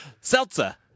seltzer